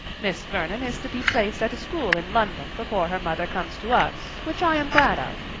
miss vernon is to be placed at a school in london before her mother comes to us which i am glad of,